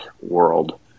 world